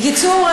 בקיצור,